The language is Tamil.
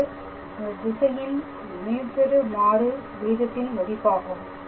இது அந்த திசையின் மீப்பெரு மாறு வீதத்தின் மதிப்பாகும்